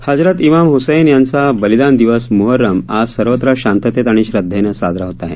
हजरत इमाम हसैन यांचा बलिदान दिवस मुहर्रम आज सर्वत्र शांततेत आणि श्रद्धेनं साजरा होत आहे